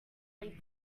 leave